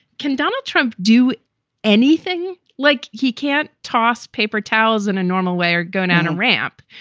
can donald trump do anything like he can't toss paper towels in a normal way or go down a ramp?